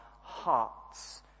hearts